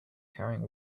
carrying